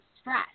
stress